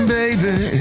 baby